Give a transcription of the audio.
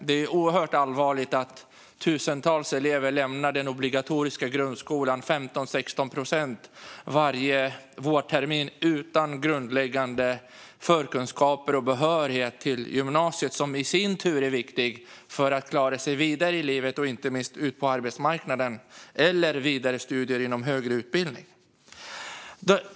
Det är oerhört allvarligt att tusentals elever - 15-16 procent - lämnar den obligatoriska grundskolan varje vårtermin utan grundläggande förkunskaper och behörighet till gymnasiet, som i sin tur är viktigt för att man ska klara sig vidare ut i livet, inte minst ut på arbetsmarknaden, eller till vidare studier inom högre utbildning.